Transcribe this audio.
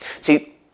See